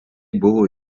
buvo